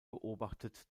beobachtet